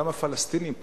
גם הפלסטינים פה,